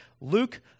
Luke